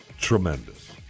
tremendous